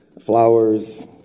flowers